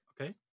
Okay